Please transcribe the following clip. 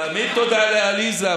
תמיד תודה לעליזה.